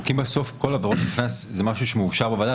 כל עבירות הקנס מאושרות בוועדה.